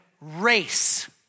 race